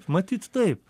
matyt taip